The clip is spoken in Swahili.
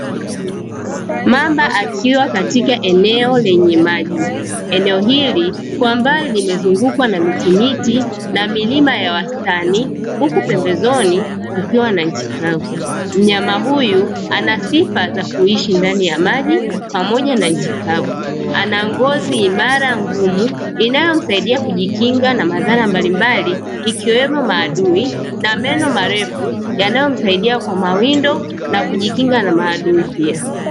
Mamba akiwa katika eneo lenye maji. Eneo hili kwa mbali limezungukwa na miti miti na milima ya wastani, huku pembezoni kukiwa na nchi kavu. Mnyama huyu ana sifa za kuishi ndani ya maji pamoja na nchi kavu, ana ngozi imara ngumu inayomsaidia kujikinga na madhara mbalimbali ikiwemo maadui na meno marefu yanayomsaidia kwa mawindo na kujikinga na maadui pia.